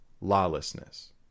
lawlessness